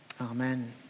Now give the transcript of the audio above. Amen